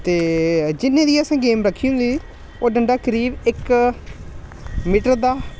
ते जिन्ने दी असें गेम रक्खी दी होंदी ओह् डंडा करीब इक मीटर दा